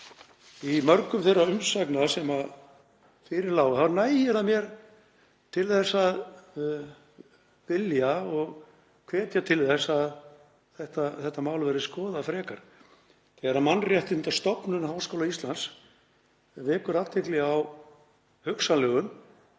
í mörgum þeirra umsagna sem fyrir liggja, til að vilja og hvetja til þess að þetta mál verði skoðað frekar. Þegar Mannréttindastofnun Háskóla Íslands vekur athygli á hugsanlegum